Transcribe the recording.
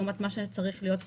לעומת מה שהיה צריך להיות,